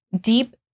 deep